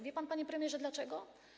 Wie pan, panie premierze, dlaczego?